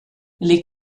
les